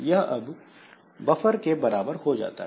यह अब बफर के बराबर हो जाता है